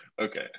Okay